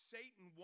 Satan